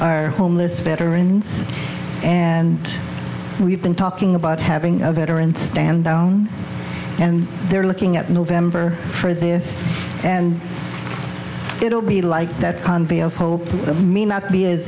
our homeless veterans and we've been talking about having a veteran stand down and they're looking at november for this and it will be like that can be a